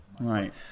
Right